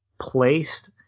placed